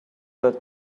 that